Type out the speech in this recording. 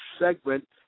segment